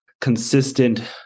consistent